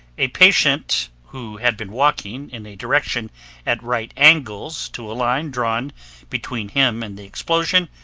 a patient who had been walking in a direction at right angles to a line drawn between him and the explosion,